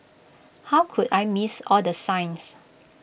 how could I missed all the signs